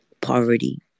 poverty